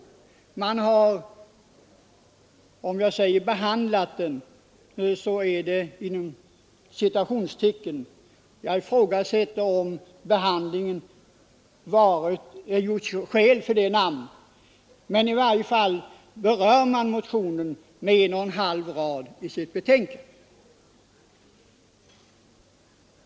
Om jag säger att man i utskottet har ”behandlat” den, måste jag sätta detta ord inom citationstecken — jag ifrågasätter nämligen om ”behandlingen” gjort skäl för det namnet — men i varje fall berörs motionen på en och en halv rad i betänkandet.